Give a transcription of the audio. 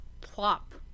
plop